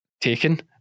taken